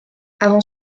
avant